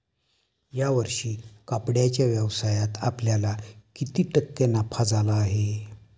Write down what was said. या वर्षी कपड्याच्या व्यवसायात आपल्याला किती टक्के नफा झाला आहे?